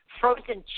frozen